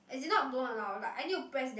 as in not don't allow like I need to press damn